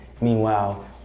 Meanwhile